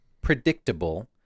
predictable